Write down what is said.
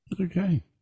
Okay